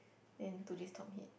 then today's top hit